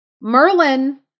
Merlin